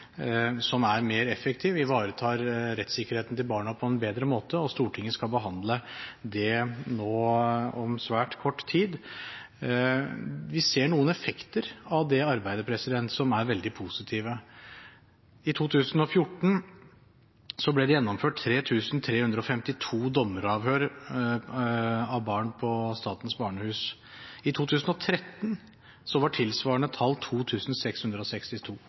som er mer effektiv og ivaretar rettssikkerheten til barna på bedre måte. Stortinget skal behandle det nå om svært kort tid. Vi ser noen effekter av det arbeidet som er veldig positive. I 2014 ble det gjennomført 3 352 dommeravhør av barn på statens barnehus. I 2013 var tilsvarende tall